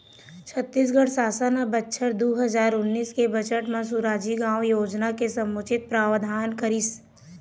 छत्तीसगढ़ सासन ह बछर दू हजार उन्नीस के बजट म सुराजी गाँव योजना के समुचित प्रावधान करिस